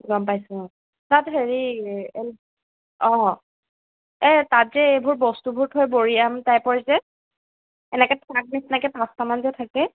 গম পাইছোঁ অঁ তাত হেৰি অঁ এই তাত যে এইবোৰ বস্তুবোৰ থৈ বৰিআম টাইপৰ যে এনেকে থাক নিচিনাকে পাঁচটামান যে থাকে